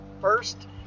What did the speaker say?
first